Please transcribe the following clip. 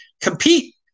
compete